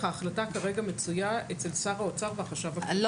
ההחלטה כרגע מצויה אצל שר האוצר והחשב הכללי.